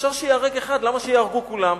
אפשר שייהרג אחד, למה שייהרגו כולם?